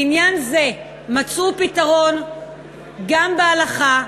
לעניין זה מצאו פתרון גם בהלכה,